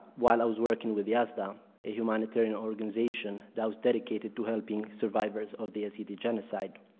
while i was working with yazda, um a humanitarian organization that was dedicated to helping survivors of the yazidi genocide.